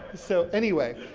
so anyway,